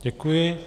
Děkuji.